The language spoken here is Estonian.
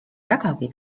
vägagi